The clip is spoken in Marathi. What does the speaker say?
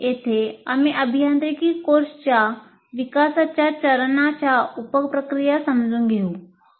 येथे आम्ही अभियांत्रिकी कोर्सच्या विकासाच्या चरणांच्या उप प्रक्रिया समजून घेण्याचा प्रयत्न करु